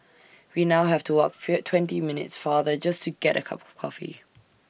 we now have to walk fee twenty minutes farther just to get A cup of coffee